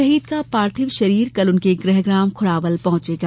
शहीद का पार्थिव शरीर कल उनके गृह ग्राम खुड़ावल पहुंचेगा